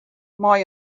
mei